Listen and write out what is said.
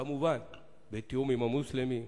כמובן בתיאום עם המוסלמים,